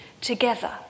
together